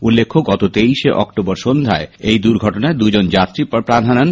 উল্লেখ্য গত তেইশে অক্টোবর সন্ধ্যায় ওই দুর্ঘটনা দুজন যাত্রী প্রান হারান